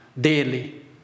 daily